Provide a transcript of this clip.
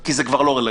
כי זה כבר לא רלוונטי.